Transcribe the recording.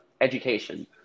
education